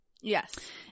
Yes